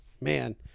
Man